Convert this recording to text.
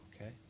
okay